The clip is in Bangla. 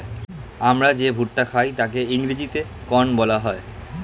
আমরা যে ভুট্টা খাই তাকে ইংরেজিতে কর্ন বলা হয়